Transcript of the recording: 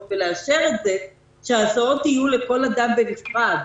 ולאשר שההסעות יהיו לכל אדם בנפרד.